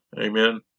Amen